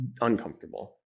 uncomfortable